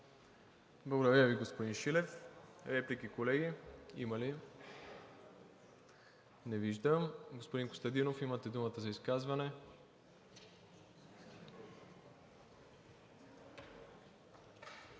Благодаря Ви, господин Шилев. Колеги, има ли реплики? Не виждам. Господин Костадинов, имате думата за изказване.